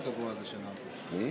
אדוני היושב-ראש,